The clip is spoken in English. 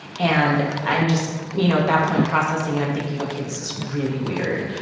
and i'm just, you know, at that point processing and i'm thinking, ok, this is really weird.